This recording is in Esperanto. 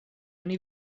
oni